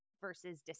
versus